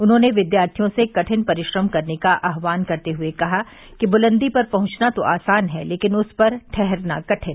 उन्होंने विद्यार्थियों से कठिन परिश्रम करने का आह्वान करते हुए कहा कि बुलंदी पर पहुंचना तो आसान है लेकिन उस पर ठहरना कठिन